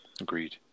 Agreed